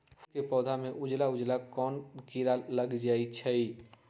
फूल के पौधा में उजला उजला कोन किरा लग जई छइ?